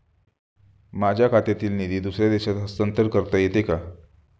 माझ्या खात्यातील निधी दुसऱ्या देशात हस्तांतर करता येते का?